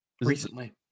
Recently